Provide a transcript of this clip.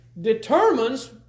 determines